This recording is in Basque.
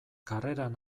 karreran